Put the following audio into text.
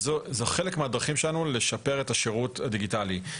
זה חלק מהדרכים שלנו לשפר את השירות הדיגיטלי.